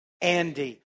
Andy